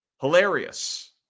Hilarious